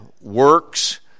works